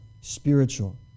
spiritual